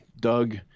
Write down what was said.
Doug